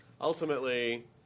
ultimately